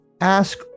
ask